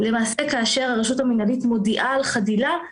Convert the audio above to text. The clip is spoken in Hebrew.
למעשה כאשר הרשות המינהלית מודיעה על חדילה,